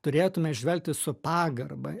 turėtume žvelgti su pagarba